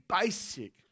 basic